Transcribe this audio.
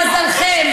למזלכם,